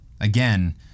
again